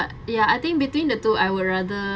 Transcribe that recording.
ya I think between the two I will rather